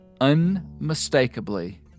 Unmistakably